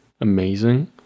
amazing